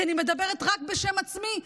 כי אני מדברת רק בשם עצמי.